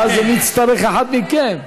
ואז אני אצטרך אחד מכם.